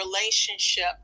relationship